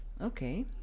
Okay